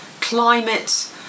climate